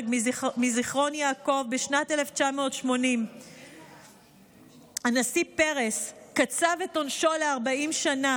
מזיכרון יעקב בשנת 1980. הנשיא פרס קצב את עונשו ל-40 שנה.